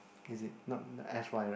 is it not not S_Y right